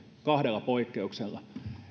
kahdella poikkeuksella